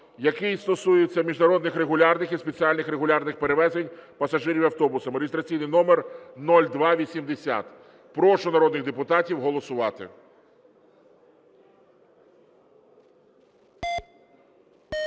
який стосується міжнародних регулярних і спеціальних регулярних перевезень пасажирів автобусами (реєстраційний номер 0280). Прошу народних депутатів голосувати. 13:06:40